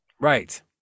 Right